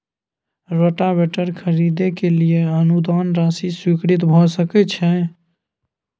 Rotavator खरीदे के लिए अनुदान राशि स्वीकृत भ सकय छैय?